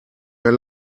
mir